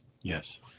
Yes